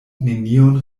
nenion